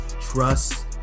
trust